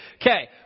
Okay